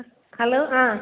hello ആ